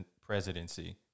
presidency